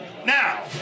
Now